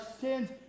sins